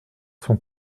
son